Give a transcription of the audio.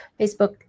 Facebook